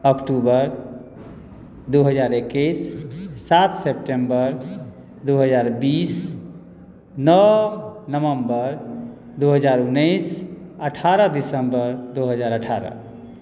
अक्टूबर दू हजार एक्कैस सात सेप्टेम्बर दू हजार बीस नओ नवम्बर दू हजार उन्नैस अठारह दिसम्बर दू हजार अठारह